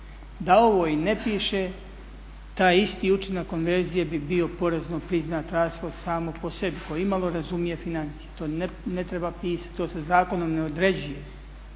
Da ovo i ne piše taj isti učinak konverzije bi bio porezno priznat rashod samo po sebi, tko imalo razumije financije. To ne treba pisati, to se zakonom ne određuje.